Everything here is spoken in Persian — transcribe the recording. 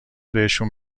بهشون